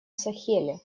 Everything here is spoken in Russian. сахеле